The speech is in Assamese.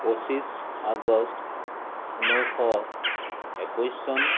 পঁচিছ আগষ্ট ঊনৈছশ একৈছ চন